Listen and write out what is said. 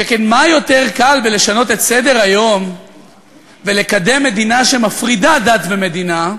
שכן מה יותר קל מלשנות את סדר-היום ולקדם מדינה שמפרידה בין דת למדינה,